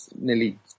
nearly